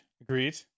Agreed